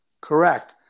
correct